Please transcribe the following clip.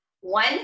one